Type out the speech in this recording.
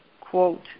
quote